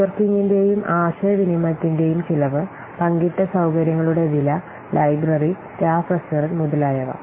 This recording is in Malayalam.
നെറ്റ്വർക്കിംഗിന്റെയും ആശയവിനിമയത്തിന്റെയും ചെലവ് പങ്കിട്ട സൌകര്യങ്ങളുടെ വില ലൈബ്രറി സ്റ്റാഫ് റെസ്റ്റോറന്റ് മുതലായവ